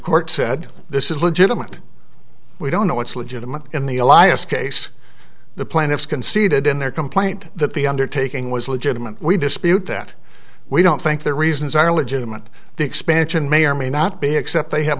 court said this is legitimate we don't know what's legitimate in the elias case the plaintiffs conceded in their complaint that the undertaking was legitimate we dispute that we don't think their reasons are legitimate the expansion may or may not be except they have